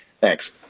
Thanks